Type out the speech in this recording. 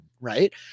right